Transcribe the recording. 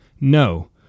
No